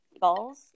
balls